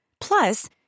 Plus